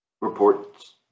reports